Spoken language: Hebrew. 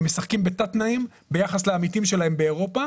הם משחקים בתת תנאים ביחס לעמיתים שלהם באירופה.